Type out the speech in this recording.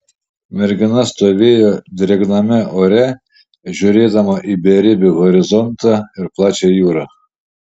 mergina stovėjo drėgname ore žiūrėdama į beribį horizontą ir plačią jūrą